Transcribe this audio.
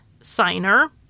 signer